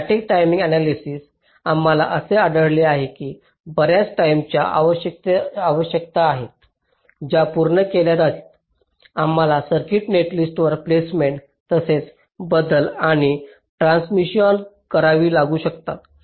static timing analysis आम्हाला असे आढळले आहे की बर्याच टाईमच्या आवश्यकता आहेत ज्या पूर्ण केल्या नाहीत आम्हाला सर्किट नेटलिस्ट प्लेसमेंट बरेच बदल आणि ट्रान्समिस्सीओन करावी लागू शकतात